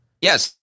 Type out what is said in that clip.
Yes